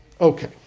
okay